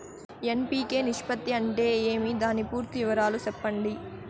NPK నిష్పత్తి అంటే ఏమి దాని పూర్తి వివరాలు సెప్పండి?